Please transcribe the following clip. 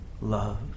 love